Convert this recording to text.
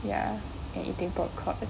ya and eating popcorn